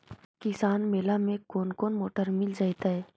किसान मेला में कोन कोन मोटर मिल जैतै?